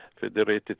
federated